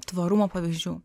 tvarumo pavyzdžių